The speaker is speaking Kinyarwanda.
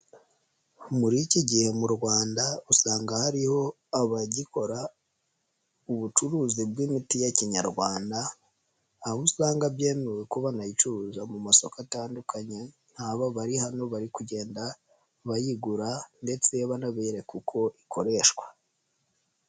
Muri iki gihe mu Rwanda usanga hariho abagikora ubucuruzi bw'imiti ya kinyarwanda, aho usanga byemewe ko banayicuruza mu masoko atandukanye, nk'aba bari hano bari kugenda bayigura ndetse banabereka uko ikoreshwa.